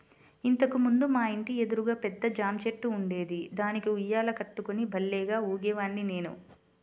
ఇంతకు ముందు మా ఇంటి ఎదురుగా పెద్ద జాంచెట్టు ఉండేది, దానికి ఉయ్యాల కట్టుకుని భల్లేగా ఊగేవాడ్ని నేను